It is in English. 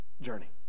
Journey